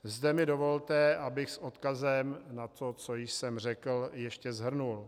Zde mi dovolte, abych s odkazem na to, co jsem řekl, ještě shrnul: